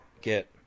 get